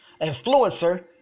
influencer